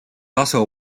also